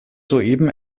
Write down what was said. soeben